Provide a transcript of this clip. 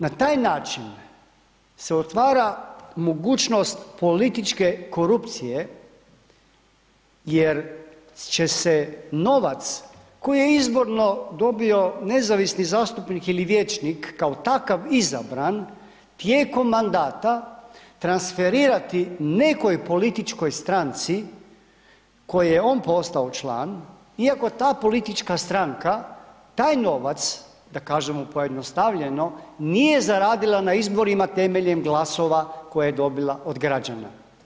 Na taj način se otvara mogućnost političke korupcije jer će se novac koji je izborno dobio nezavisni zastupnik ili vijećnik, kao takav izabran, tijekom mandata transferirati nekoj političkoj stranci koje je on posao član iako ta politička stranka taj novac, da kažemo pojednostavljeno, nije zaradila na izborima temeljem glasova koje je dobila od građana.